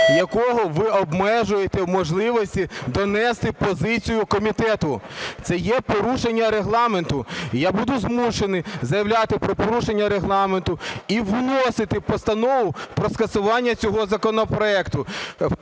якого ви обмежуєте в можливості донести позицію комітету. Це є порушення Регламенту. Я буду змушений заявляти про порушення Регламенту і вносити постанову про скасування цього законопроекту.